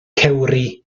cewri